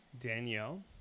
Danielle